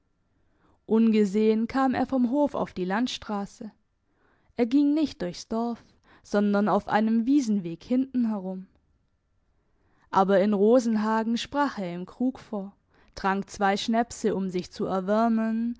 ungesehen kam er vom hof auf die landstrasse er ging nicht durchs dorf sondern auf einem wiesenweg hinten herum aber in rosenhagen sprach er im krug vor trank zwei schnäpse um sich zu erwärmen